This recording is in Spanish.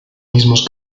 mismos